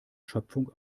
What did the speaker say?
schöpfung